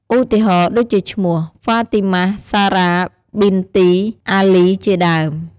ឧទាហរណ៍ដូចជាឈ្មោះ ហ្វាទីម៉ះ សារ៉ា ប៊ីនទី អាលី ជាដើម។